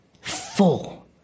full